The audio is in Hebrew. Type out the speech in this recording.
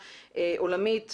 עולמית,